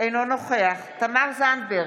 אינו נוכח תמר זנדברג,